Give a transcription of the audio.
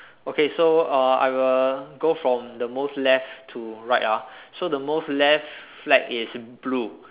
okay so uh I will go from the most left to right ah so the most left flag is blue